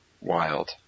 wild